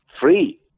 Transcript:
free